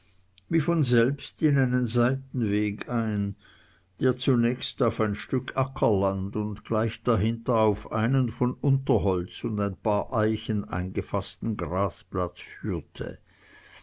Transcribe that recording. wie von selbst in einen seitenweg ein der zunächst auf ein stück ackerland und gleich dahinter auf einen von unterholz und ein paar eichen eingefaßten grasplatz führte